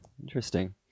Interesting